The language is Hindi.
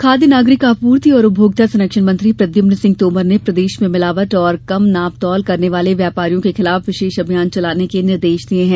विशेष अभियान खाद्य नागरिक आपूर्ति एवं उपभोक्ता संरक्षण मंत्री प्रद्यमन सिंह तोमर ने प्रदेश में मिलावट और कम नाप तौल करने वाले व्यापारियों के विरुद्ध विशेष अभियान चलाने के निर्देश दिए हैं